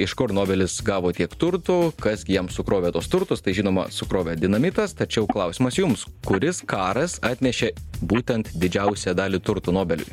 iš kur nobelis gavo tiek turtų kas gi jam sukrovė tuos turtus tai žinoma sukrovė dinamitas tačiau klausimas jums kuris karas atnešė būtent didžiausią dalį turtų nobeliui